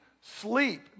sleep